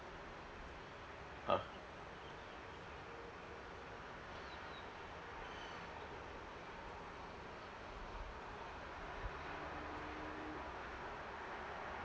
uh